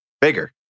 bigger